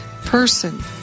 person